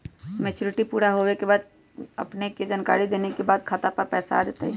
Maturity पुरा होवे के बाद अपने के जानकारी देने के बाद खाता पर पैसा आ जतई?